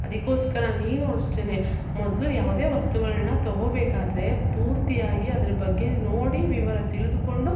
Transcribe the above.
ಅದಕ್ಕೋಸ್ಕರ ನೀನೂ ಅಷ್ಟೇ ಮೊದಲು ಯಾವುದೇ ವಸ್ತುಗಳನ್ನ ತಗೋಬೇಕಾದರೆ ಪೂರ್ತಿಯಾಗಿ ಅದ್ರ ಬಗ್ಗೆ ನೋಡಿ ವಿವರ ತಿಳಿದುಕೊಂಡು